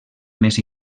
més